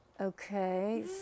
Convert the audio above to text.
Okay